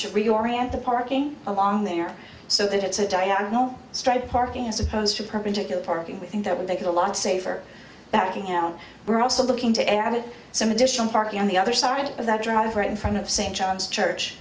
road reorient the parking along there so that it's a diagonal straight parking as opposed to perpendicular parking we think that would take a lot safer backing out we're also looking to add some additional parking on the other side of that drive right in front of st john's church